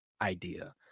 idea